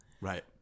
right